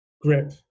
grip